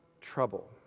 trouble